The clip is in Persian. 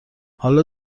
حالا